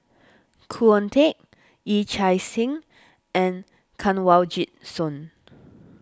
Khoo Oon Teik Yee Chia Hsing and Kanwaljit Soin